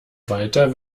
weiter